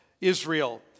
Israel